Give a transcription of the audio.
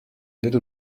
little